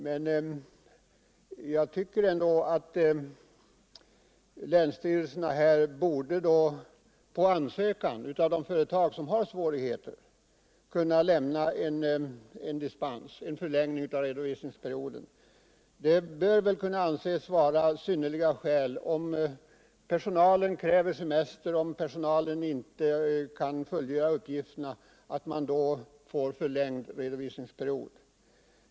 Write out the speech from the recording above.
Men jag tycker att länsstyrelserna här på ansökan av de företag som har svårigheter borde kunna lämna dispens, medge en förlängning av redovisningsperioden i augusti i år. Om personalen kräver semester och företagen inte kan fullgöra sina uppgifter bör det kunna anses vara ett synnerligt skäl för att få en sådan förlängning.